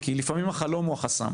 כי לעמים החלום הוא החסם.